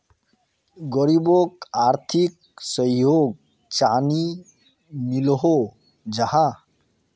गरीबोक आर्थिक सहयोग चानी मिलोहो जाहा?